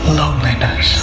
loneliness